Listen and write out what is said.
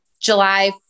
July